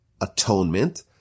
atonement